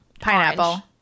pineapple